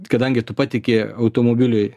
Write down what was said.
kadangi tu patiki automobiliui